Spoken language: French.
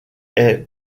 est